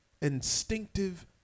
instinctive